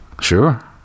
Sure